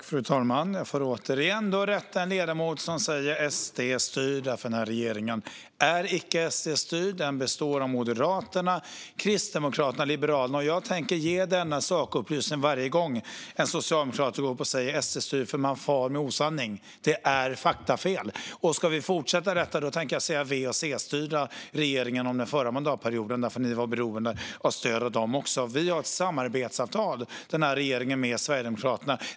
Fru talman! Jag får återigen rätta en ledamot som säger att regeringen är SD-styrd, för regeringen är icke SD-styrd. Den består av Moderaterna, Kristdemokraterna och Liberalerna. Jag tänker komma med den sakupplysningen varje gång en socialdemokrat säger att regeringen är SD-styrd, för man far med osanning. Det är faktafel. Men ska vi fortsätta med sådana tänker jag säga att regeringen under den förra mandatperioden var V och C-styrd, eftersom den var beroende av deras stöd. Denna regering har ett samarbetsavtal med Sverigedemokraterna.